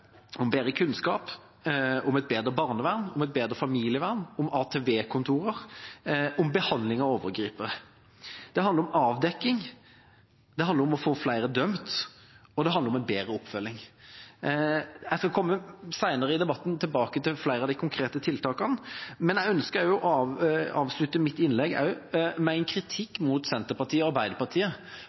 om bedre kunnskap, om et bedre barnevern, om et bedre familievern, om ATV-kontorer og om behandling av overgripere. Det handler om avdekking, det handler om å få flere dømt, og det handler om bedre oppfølging. Jeg skal senere i debatten komme tilbake til flere av de konkrete tiltakene, men jeg ønsker å avslutte mitt innlegg med en kritikk av Senterpartiet og Arbeiderpartiet.